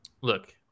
look –